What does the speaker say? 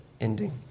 ending